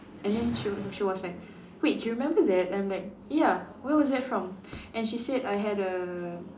and then she was she was like wait you remember that and I'm like ya where was that from and she said I had a